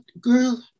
girl